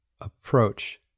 approach